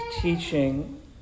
teaching